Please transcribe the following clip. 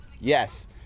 Yes